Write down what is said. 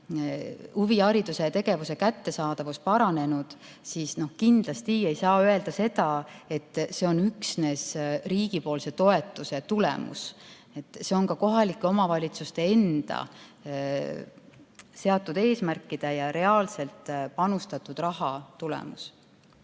huvihariduse ja -tegevuse kättesaadavus paranenud, siis kindlasti pole õige öelda, et see on üksnes riigi toetuse tulemus. See on ka kohalike omavalitsuste enda seatud eesmärkide ja reaalselt panustatud raha tulemus.